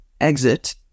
exit